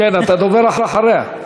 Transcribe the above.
אתה דובר אחריה.